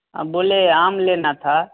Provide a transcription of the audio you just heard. अब बोले आम लेना था